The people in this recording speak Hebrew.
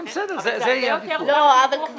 זה הרבה יותר --- אבל קביעת